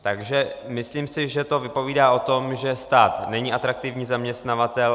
Takže si myslím, že to vypovídá o tom, že stát není atraktivní zaměstnavatel.